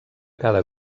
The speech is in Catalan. cada